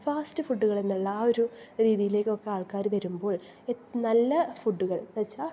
fast ഫുഡ്കളെന്നുള്ള ആ ഒരു രീതിലേക്കൊക്കെ ആൾക്കാർ വരുമ്പോൾ നല്ല ഫുഡ്കൾ എന്ന് വച്ചാൽ